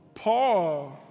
Paul